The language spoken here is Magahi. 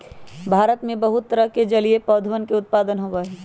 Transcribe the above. भारत में बहुत तरह के जलीय पौधवन के उत्पादन होबा हई